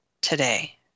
today